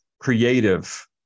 creative